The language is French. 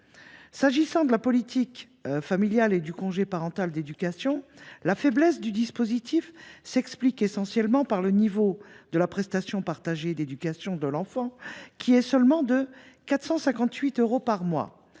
qui est de la politique familiale et du congé parental d’éducation, la faiblesse du dispositif s’explique essentiellement par le niveau de la prestation partagée d’éducation de l’enfant, qui est seulement de 458 euros par mois.